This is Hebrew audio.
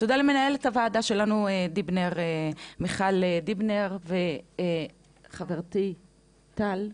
ולמנהלת הוועדה שלנו מיכל דיבנר, וחברתי טל,